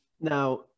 Now